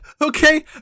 Okay